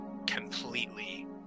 completely